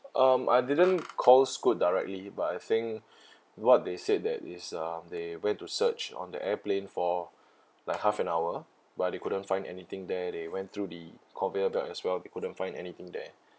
um I didn't call scoot directly but I think what they said that is um they went to search on the airplane for like half an hour but they couldn't find anything there they went through the conveyor belt as well they couldn't find anything there